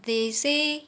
they say